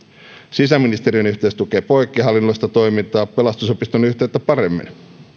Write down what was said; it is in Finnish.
sisäministeriön yhteys tukee poikkihallinnollista toimintaa pelastusopiston yhteyttä paremmin